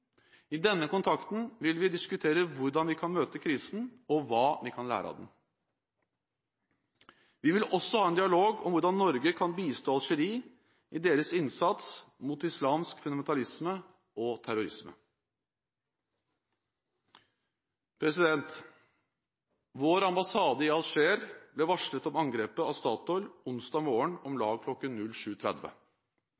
I denne kontakten vil vi diskutere hvordan vi kan møte krisen og hva vi kan lære av den. Vi vil også ha en dialog om hvordan Norge kan bistå Algerie i deres innsats mot islamsk fundamentalisme og terrorisme. Vår ambassade i Alger ble varslet om angrepet av Statoil onsdag morgen om